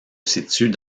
situent